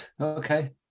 okay